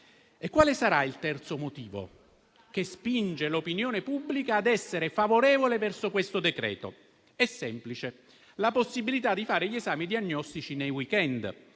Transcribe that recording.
Quale sarà il terzo motivo che spinge l'opinione pubblica a essere favorevole verso il decreto-legge in esame? È semplice: la possibilità di fare gli esami diagnostici nei *weekend.*